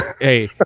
Hey